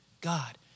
God